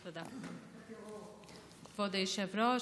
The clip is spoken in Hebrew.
כבוד היושב-ראש,